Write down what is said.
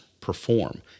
perform